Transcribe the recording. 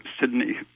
Sydney